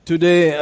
Today